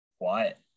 Quiet